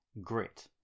grit